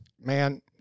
man